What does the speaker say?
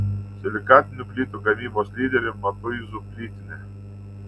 silikatinių plytų gamybos lyderė matuizų plytinė